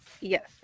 Yes